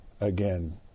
again